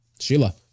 Sheila